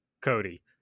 Cody